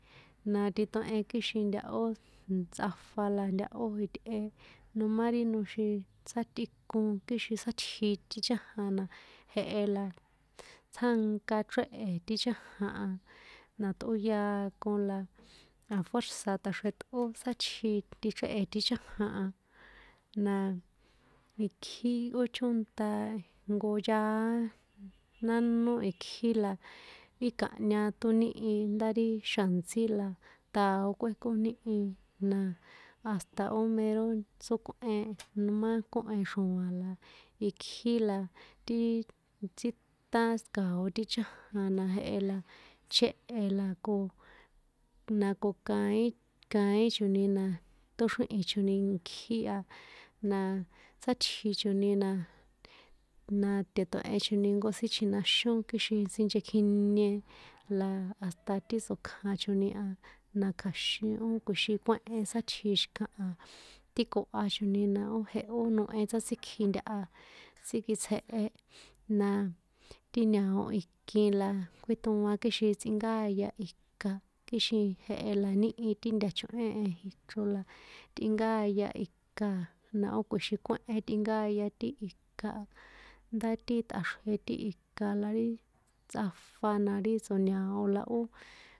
Na tiu̱ehen kixin ntahó ntsꞌafa la ntahó itꞌe, nomá ri noxin tsa tꞌikon kixin sátji ri chájan na jehe la tsjánkachréhe̱ ti chájan a, na ṭꞌóyakon la a̱fuérza̱ tꞌaxrjeṭꞌó sátsji tichréhe̱ ti chájan a, na ikjí ó chónṭá nko yaá nánó ikjí la í kanhña ṭóníhin ndá ri xa̱ntsí la ṭao kꞌuékóníhi na hasta ó mero tsókꞌuen nomá kóhen xroa̱n la ikji la tiiiii, tsíṭákao̱ ti chájan na jehe la chéhe̱ la ko, na ko kaín, kaín chonina ṭóxríhi̱n choni kjí a, na sátji choni na, na te̱tue̱hen choni nko sin chjinaxón kixin sinchekjinie la hasta ti sokjan choni a, na kja̱xin ó kuixin kuéhen sátji xi̱kaha ti koha choni na, ó jehó nohe tsátsíkji̱ ntaha tsikitsjehe na, ti ña̱o ikin na kuíoa̱n kixin tsꞌinkáya ika kixin jehe la níhi ti nta̱chuꞌén a ichro la, tꞌinkáya ika, na o kuixin kuéhen tꞌinkáya ti ika a, ndá ṭa̱xrje ti ika la ri tsꞌafa na ri tso̱ña̱o la ó.